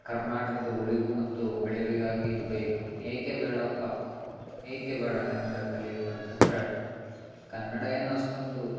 ಕರ್ನಾಟಕದ ಉಳಿವು ಮತ್ತು ಬೆಳೆವಿಗಾಗಿ ಇದು ಬೇಕು ಏಕೆ ಬೇಡಪ್ಪ ಏಕೆ ಬೇಡ ಕನ್ನಡ ಕಲಿಯೋದು ಅಂತಂದರೆ ಕನ್ನಡ ಏನು ಅಷ್ಟೊಂದು